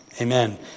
Amen